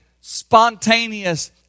spontaneous